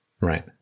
Right